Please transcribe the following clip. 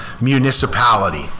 municipality